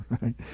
right